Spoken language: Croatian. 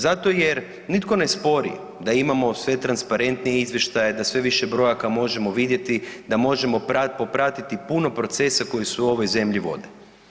Zato jer nitko ne spori da imamo sve transparentnije izvještaje, da sve više brojaka možemo vidjeti, da možemo popratiti puno procesa koji se u ovoj zemlji vode.